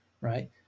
right